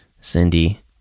Cindy